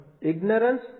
ignorance